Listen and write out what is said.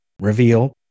reveal